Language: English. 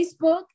Facebook